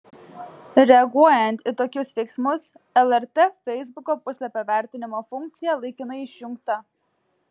reaguojant į tokius veiksmus lrt feisbuko puslapio vertinimo funkcija laikinai išjungta